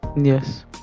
Yes